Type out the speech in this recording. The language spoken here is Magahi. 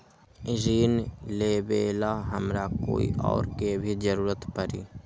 ऋन लेबेला हमरा कोई और के भी जरूरत परी?